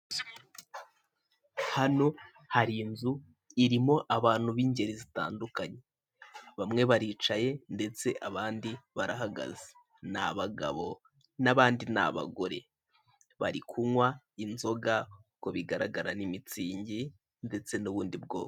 Hano hari inzu irimo abantu b'ingeri zitandukanye bamwe baricaye ndetse abandi barahagaze ni abagabo n'abandi ni abagore bari kunywa inzoga nk'uko bigaragara ni mitsingi ndetse n'ubundi bwoko.